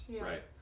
right